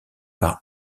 par